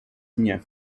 mnie